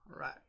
right